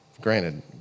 granted